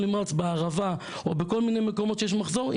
נמרץ העברה או בכל מקרה מקומות שיש מחסור,